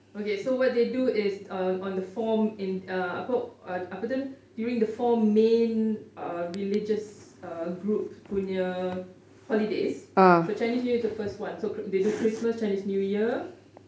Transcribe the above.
okay so what they do is on the form in uh apa apa tu during the four main religious group punya holidays so chinese new year is the first one so they do christmas chinese new year